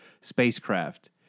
spacecraft